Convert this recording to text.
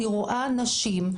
אני רואה אנשים,